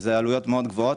שאלה עלויות מאוד גבוהות,